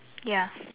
ya